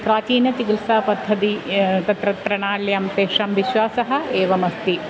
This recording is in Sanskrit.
प्राचीनचिकिल्सापद्धतिः तत्र प्रणाल्यां तेषां विश्वासः एवमस्ति